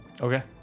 Okay